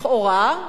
לכאורה,